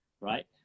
right